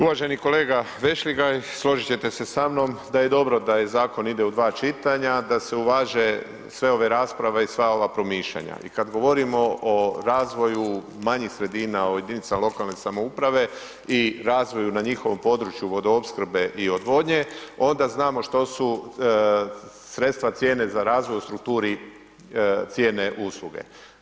Uvaženi kolega Vešligaj, složit ćete se sa mnom, da je dobro da zakon ide u dva čitanja, da se uvaže sve ove rasprave i sva ov promišljanja i kad govorimo o razvoju manjih sredina od jedinica lokalne samouprave i razvoju na njihovu području vodoopskrbe i odvodnje, onda znamo što su sredstva cijene za razvoj u strukturi cijene usluge.